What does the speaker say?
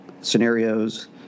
scenarios